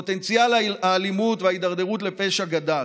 פוטנציאל האלימות וההידרדרות לפשע גדל.